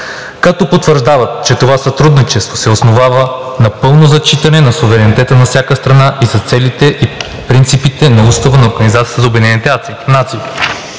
„Като потвърждават, че това сътрудничество се основава на пълно зачитане на суверенитета на всяка страна и с целите и принципите на Устава на Организацията на обединените нации.